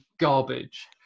garbage